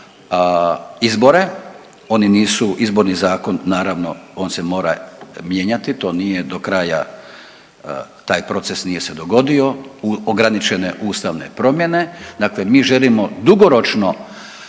izbore oni nisu, izborni zakon naravno on se mora mijenjati to nije do kraja, taj proces nije se dogodio, ograničene ustavne promjene. Dakle, mi želimo dugoročno